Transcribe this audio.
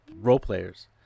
role-players